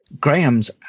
graham's